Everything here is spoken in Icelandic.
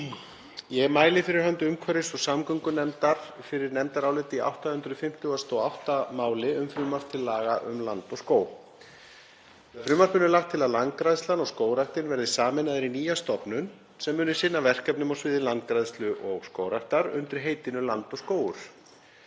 Ég mæli fyrir hönd umhverfis- og samgöngunefndar fyrir nefndaráliti í 858. máli um frumvarp til laga um Land og skóg. Með frumvarpinu er lagt til að Landgræðslan og Skógræktin verði sameinaðar í nýja stofnun sem muni sinna verkefnum á sviði landgræðslu og skógræktar undir heitinu Land og skógur.